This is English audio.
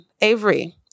Avery